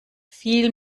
viel